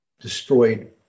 destroyed